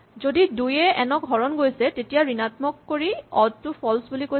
যদি ২ য়ে এন ক হৰণ গৈছে তেতিয়া ঋণাত্মক কৰি অড টো ফল্চ বুলি কৈছা